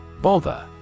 Bother